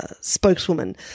spokeswoman